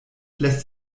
lässt